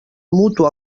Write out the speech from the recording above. mutu